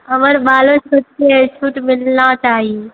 हमर बालो छोट छै छूट मिलना चाही